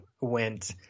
went